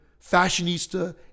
Fashionista